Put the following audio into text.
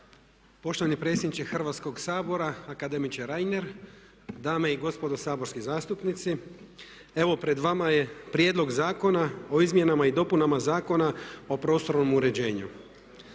Poštovani predsjedniče Hrvatskog sabora, akademiče Reiner, dame i gospodo saborski zastupnici. Evo pred vama je Prijedlog zakona o izmjenama i dopunama Zakona o prostornom uređenju.